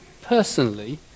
personally